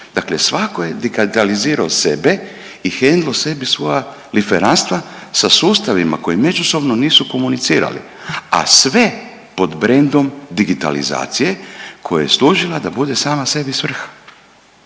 Dakle, svatko je digitalizirao sebe i hendlao sebi svoja liferanstva sa sustavima koji međusobno nisu komunicirali, a sve pod brendom digitalizacije koja je služila da bude sama sebi svrha,